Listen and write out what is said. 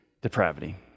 depravity